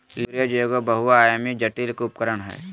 leverage एगो बहुआयामी, जटिल उपकरण हय